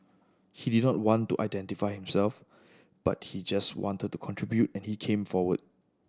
he did not want to identify himself but he just wanted to contribute and he came forward